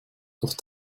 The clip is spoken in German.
doch